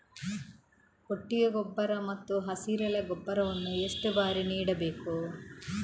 ಕೊಟ್ಟಿಗೆ ಗೊಬ್ಬರ ಮತ್ತು ಹಸಿರೆಲೆ ಗೊಬ್ಬರವನ್ನು ಎಷ್ಟು ಬಾರಿ ನೀಡಬೇಕು?